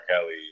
Kelly